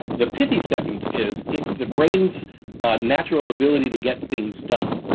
the pithy sentence is, it's the brain's natural ability to get things done.